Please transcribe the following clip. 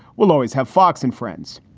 we'll always have fox and friends.